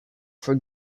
for